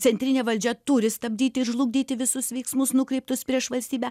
centrinė valdžia turi stabdyti ir žlugdyti visus veiksmus nukreiptus prieš valstybę